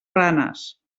ranes